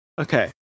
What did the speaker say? Okay